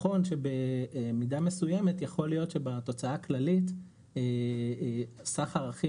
נכון שבמידה מסוימת יכול להיות שבתוצאה הכללית סך הערכים